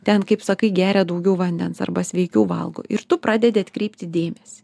ten kaip sakai geria daugiau vandens arba sveikiau valgo ir tu pradedi atkreipti dėmesį